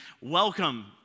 Welcome